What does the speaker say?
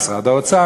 משרד האוצר,